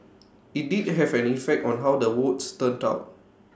IT did have an effect on how the votes turned out